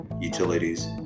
utilities